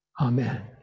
Amen